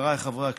חבריי חברי הכנסת,